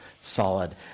solid